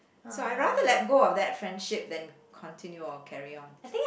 so I rather let go of that friendship than continue or carry on